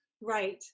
right